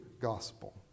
gospel